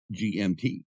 GMT